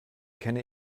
kenne